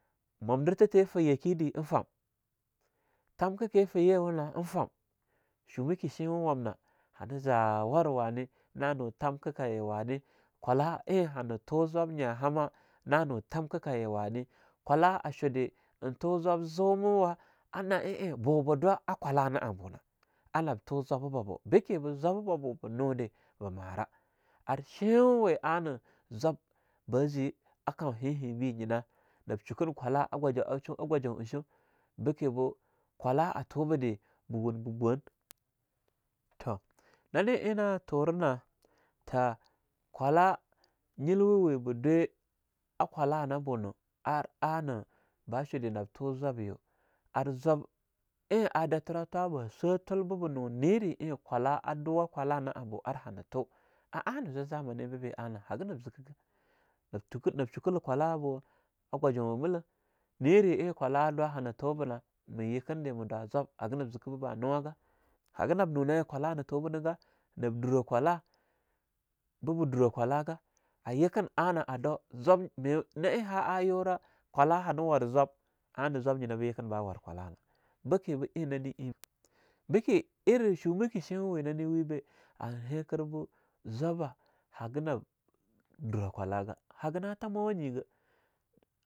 Mumdirtha tee fiyake de ein fam, tamka ke fiyiwuna ein fam, shumeki shinwa wamnah hanah zawara wane, nanu tamkakaye wane, kwala ein hana tu zwab nyah hamah nanu tamkakaye wane, kwallaha shude ein tu zwab zumawa ana'a ein bu ba dwa a kwallah na ahbunah, a nabtu zwaba babu, bekebu zwaba ba bu ba nude ba marah, ar sheinwawe anah zwab ba ze a kohiya hibi nyina nab shukun kwalah'a gwajo a gwajon'e shaun, beke bu kwalah a tube de be wun be bwan toh na ne ein natura nah tha kwalah nyil wawiba dwe a kwala na bunu, ar anah ba shode nab tu zwabya, ar zwab ein a datira twa ba swa tulbiba nu nere ein kwala a duwah kwala nah abu, ar hanah tu a anah zwa zamani babi ana hagan zikega, nab tuk..shukula kwalla'a bu a gwajau a mila nire ein kwala dwa hanah tubuna ma yekinde ma dwa zwab haga nab zike beba nuwa ga haga nab nuna ein kwala na tubunah ga nab durah kwala beba dura kwalaga ayiken annah a dau zwab na eing ha a yura kwala hana war zwab ana zwab nyinah ba yiken ba war kwalana, bekebu ein nane ein beke iri shumaki sheinwawe nane wibah hana hikir bu zwaba haga nab.. dura kwalaga. Hagah nah tamawa nyiga.